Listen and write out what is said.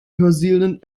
hörsälen